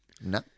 No